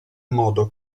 modo